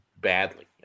badly